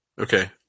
Okay